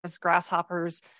grasshoppers